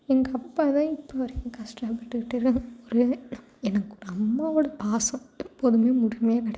எங்கள் அப்பா தான் இப்போ வரைக்கும் கஷ்டப்பட்டுட்டு இருக்காங்க ஃபுல்லாவும் எனக்கு அம்மாவோட பாசம் மட்டும் எப்போதும் முழுமையா கிடைச்சதே இல்லை